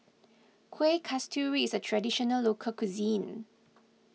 Kuih Kasturi is a Traditional Local Cuisine